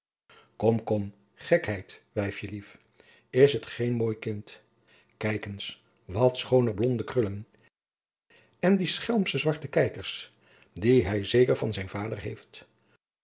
kom kom gekheid wijfjelief is het geen mooi kind kijk eens wat schoonder blonde krullen en die schelmsche zwarte kijkers die hij zeker van zijn vader heeft